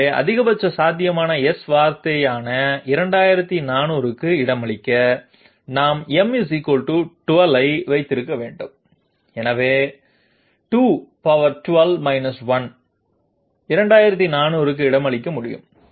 எனவே அதிகபட்ச சாத்தியமான S வார்த்தையான 2400 க்கு இடமளிக்க நாம் m 12 ஐ வைத்திருக்க வேண்டும் எனவே 212 1 2400 க்கு இடமளிக்க முடியும்